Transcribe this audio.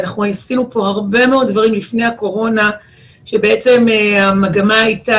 ואנחנו עשינו פה הרבה מאוד דברים לפני הקורונה כשבעצם המגמה הייתה